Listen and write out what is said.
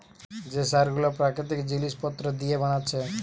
যে সার গুলো প্রাকৃতিক জিলিস পত্র দিয়ে বানাচ্ছে